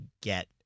get